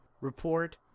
report